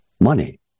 money